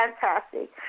fantastic